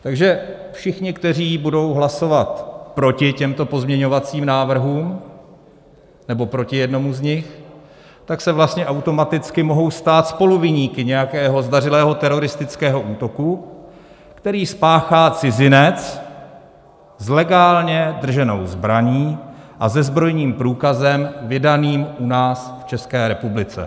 Takže všichni, kteří budou hlasovat proti těmto pozměňovacím návrhům nebo proti jednomu z nich, tak se vlastně automaticky mohou stát spoluviníky nějakého zdařilého teroristického útoku, který spáchá cizinec s legálně drženou zbraní a se zbrojním průkazem vydaným u nás v České republice.